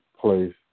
place